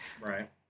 Right